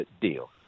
deal